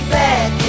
back